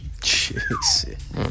Jesus